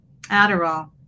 Adderall